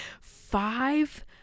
five